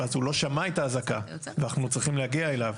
אז הוא לא שמע את האזעקה ואנחנו צריכים להגיע אליו.